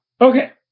Okay